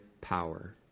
power